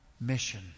mission